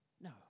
no